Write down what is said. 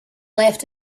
left